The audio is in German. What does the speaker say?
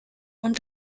und